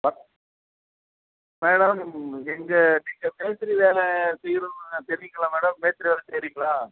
வ மேடம் எங்கே நீங்கள் மேஸ்திரி வேலை செய்யறவங்க தெரியுங்களா மேடம் மேஸ்திரி வேலை செய்யரிங்களா